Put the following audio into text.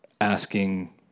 asking